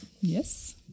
Yes